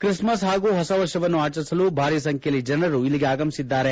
Christmas ಹಾಗೂ ಹೊಸವರ್ಷವನ್ನು ಆಚರಿಸಲು ಭಾರಿ ಸಂಖ್ಯೆಯಲ್ಲಿ ಜನರು ಇಲ್ಲಿಗೆ ಆಗಮಿಸಿದ್ದಾರೆ